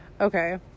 okay